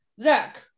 Zach